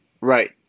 Right